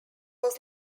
was